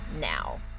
now